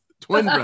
twin